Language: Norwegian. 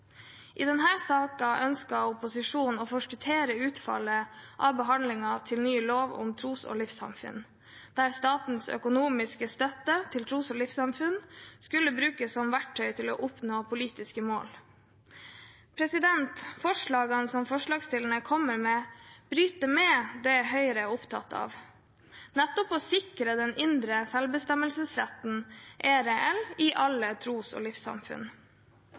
I denne saken ønsket opposisjonen å forskuttere utfallet av behandlingen til ny lov om tros- og livssynssamfunn, der statens økonomiske støtte til tros- og livssynssamfunn skulle brukes som verktøy til å oppnå politiske mål. Forslagene som forslagsstillerne kommer med, bryter med det Høyre er opptatt av – nettopp å sikre at den indre selvbestemmelsesretten er reell i alle tros- og